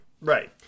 Right